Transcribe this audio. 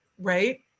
right